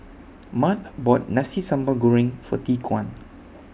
Mart bought Nasi Sambal Goreng For Tyquan